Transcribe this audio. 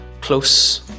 close